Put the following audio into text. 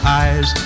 eyes